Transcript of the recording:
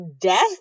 death